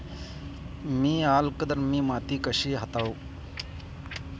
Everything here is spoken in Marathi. मी अल्कधर्मी माती कशी हाताळू?